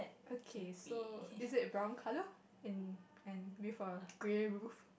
okay so is it a brown color and and wait for grey roof